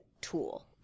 tool